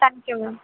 thank you ma'am